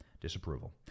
disapproval